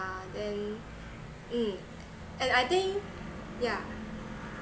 yeah then mm and I think yeah